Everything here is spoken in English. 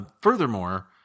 Furthermore